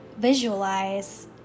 visualize